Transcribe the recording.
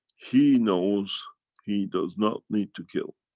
he knows he does not need to kill,